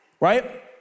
Right